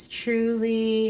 truly